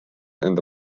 enda